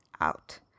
out